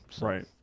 right